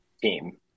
team